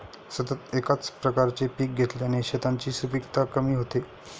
सतत एकाच प्रकारचे पीक घेतल्याने शेतांची सुपीकता कमी होते